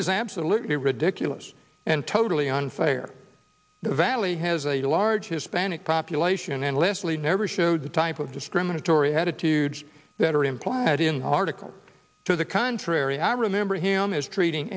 is absolutely ridiculous and totally unfair the valley has a large hispanic population and leslie never showed the type of discriminatory attitudes that are implied in articles to the contrary i remember him as treating